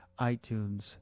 iTunes